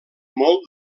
molt